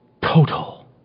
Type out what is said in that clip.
total